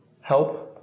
help